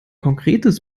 konkretes